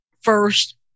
first